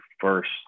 first